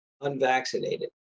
unvaccinated